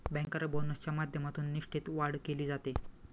banker बोनसच्या माध्यमातून निष्ठेत वाढ केली जाते